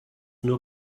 nur